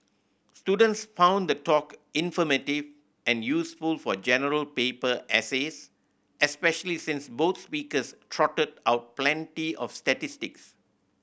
students found the talk informative and useful for General Paper essays especially since both speakers trotted out plenty of statistics